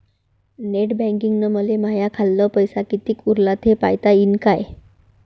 Net बँकिंगनं मले माह्या खाल्ल पैसा कितीक उरला थे पायता यीन काय?